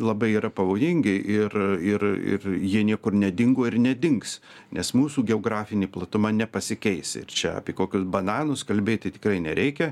labai yra pavojingi ir ir ir jie niekur nedingo ir nedings nes mūsų geografinė platuma nepasikeis ir čia apie kokius bananus kalbėti tikrai nereikia